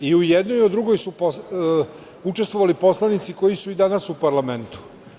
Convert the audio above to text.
I u jednoj i u drugoj su učestvovali poslanici koji su i danas u parlamentu.